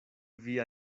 via